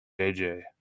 jj